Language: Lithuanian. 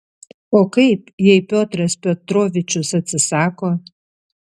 o kaip jei piotras petrovičius atsisako